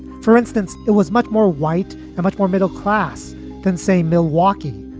for instance. it was much more white and much more middle class than, say, milwaukee,